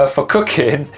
ah for cooking,